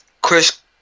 Chris